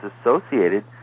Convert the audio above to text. associated